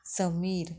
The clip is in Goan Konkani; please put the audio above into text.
समीर